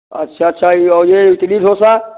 अच्छा अच्छा ये और ये इडली डोसा